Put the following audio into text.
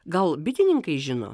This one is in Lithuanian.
gal bitininkai žino